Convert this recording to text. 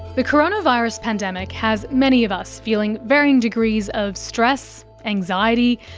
the coronavirus pandemic has many of us feeling varying degrees of stress, anxiety,